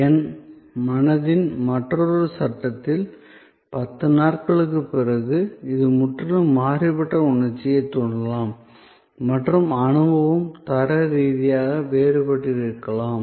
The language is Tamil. என் மனதின் மற்றொரு சட்டத்தில் 10 நாட்களுக்குப் பிறகு இது முற்றிலும் மாறுபட்ட உணர்ச்சிகளைத் தூண்டலாம் மற்றும் அனுபவம் தர ரீதியாக வேறுபட்டிருக்கலாம்